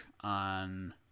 on